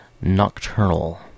Nocturnal